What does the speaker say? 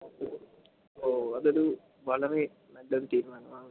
ഓ അതൊരു വളരെ നല്ലൊരു തീരുമാനമാണ്